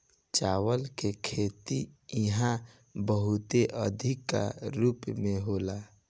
चावल के खेती इहा बहुते अधिका रूप में होला